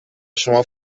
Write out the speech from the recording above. شما